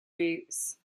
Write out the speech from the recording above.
routes